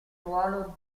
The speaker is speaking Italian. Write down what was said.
ruolo